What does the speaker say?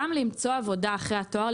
גם למצוא עבודה אחרי התואר,